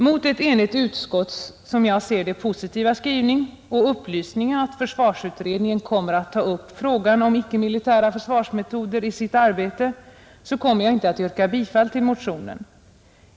Mot ett enigt utskotts, som jag ser det, positiva skrivning och upplysningen att försvarsutredningen kommer att ta upp frågan om icke-militära försvarsmetoder i sitt arbete kommer jag inte att yrka bifall till motionen.